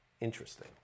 interesting